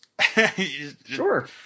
Sure